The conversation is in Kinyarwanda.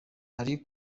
ari